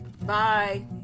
Bye